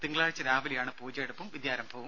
തിങ്കളാഴ്ച രാവിലെയാണ് പൂജയെടുപ്പും വിദ്യാരംഭവും